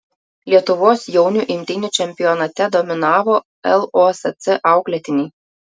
lietuvos jaunių imtynių čempionate dominavo losc auklėtiniai